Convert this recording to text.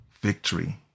victory